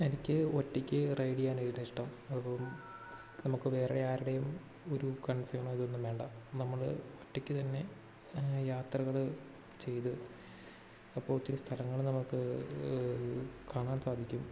എനിക്ക് ഒറ്റയ്ക്ക് റൈഡ് ചെയ്യാനായിട്ടാണ് ഇഷ്ടം അപ്പം നമുക്ക് വേറെ ആരുടെയും ഒരു കൺസെന്റ് ഒന്നും വേണ്ട നമ്മള് ഒറ്റയ്ക്ക് തന്ന് യാത്രകള് ചെയ്ത് അപ്പം ഒത്തിരി സ്ഥലങ്ങള് നമുക്ക് കാണാൻ സാധിക്കും